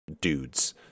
dudes